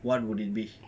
what would it be